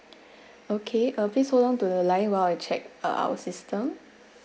okay uh please hold on to the line while I check uh our system